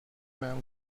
man